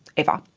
ever.